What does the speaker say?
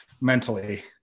mentally